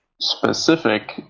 specific